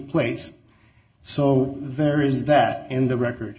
place so there is that in the record